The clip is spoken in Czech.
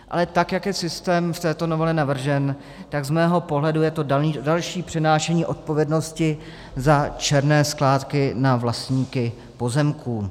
Ale tak jak je systém v této novele navržen, tak z mého pohledu je to další přenášení odpovědnosti za černé skládky na vlastníky pozemků.